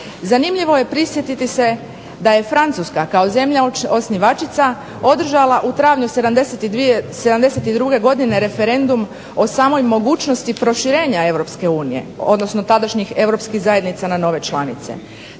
zanimljivo je prisjetiti se da je Francuska kao zemlja osnivačica održala u travnju '72. godine referendum o samoj mogućnosti proširenja EU, odnosno tadašnjih Europskih zajednica na nove članice.